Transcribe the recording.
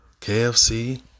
KFC